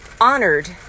honored